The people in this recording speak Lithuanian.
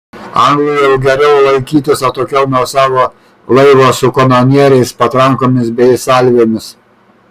anglui jau geriau laikytis atokiau nuo savo laivo su kanonieriais patrankomis bei salvėmis